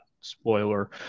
spoiler